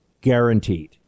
Guaranteed